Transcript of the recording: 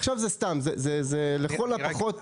עכשיו זה סתם; זה לכל הפחות,